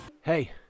Hey